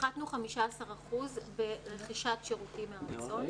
הפחתנו 15% ברכישת שירותים מרצון,